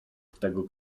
tego